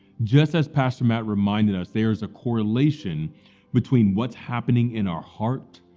just as pastor matt reminded us, there's a correlation between what's happening in our heart,